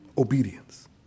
Obedience